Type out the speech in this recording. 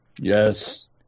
Yes